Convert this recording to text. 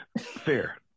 Fair